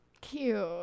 Cute